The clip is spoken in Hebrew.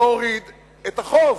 להוריד את החוב.